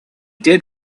did